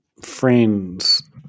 Friends